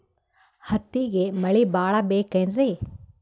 ಹತ್ತಿಗೆ ಮಳಿ ಭಾಳ ಬೇಕೆನ್ರ?